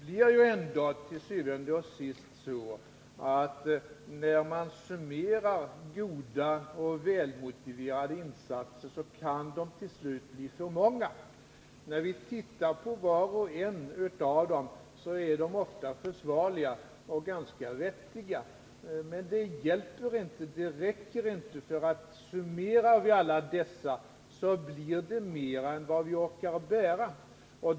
Til syvende og sidst kan alla de goda och i och för sig välmotiverade insatserna till slut bli för många. Var och en av dem är oftast vettig och försvarlig, men det hjälper inte — summerar vi dem blir det mer än vi orkar bära.